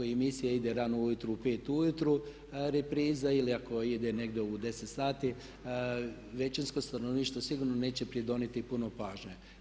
Ako emisija ide rano ujutro u pet ujutro, repriza ili ako ide negdje u 10 sati većinsko stanovništvo sigurno neće pridonijeti puno pažnje.